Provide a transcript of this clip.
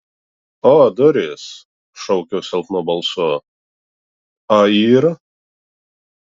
o durys šaukiu silpnu balsu a yr